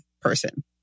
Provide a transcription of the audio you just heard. person